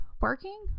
Working